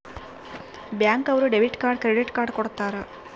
bank ಅವ್ರು debit card credit card ಕೊಡ್ತಾರ